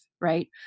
Right